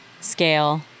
scale